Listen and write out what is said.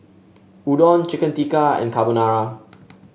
Udon Chicken Tikka and Carbonara